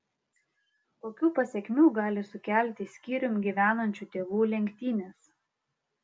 kokių pasekmių gali sukelti skyrium gyvenančių tėvų lenktynės